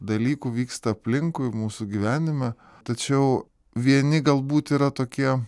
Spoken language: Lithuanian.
dalykų vyksta aplinkui mūsų gyvenime tačiau vieni galbūt yra tokie